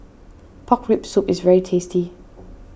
Pork Rib Soup is very tasty